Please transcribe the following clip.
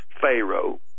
Pharaoh